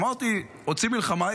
אמרתי, רוצים מלחמה?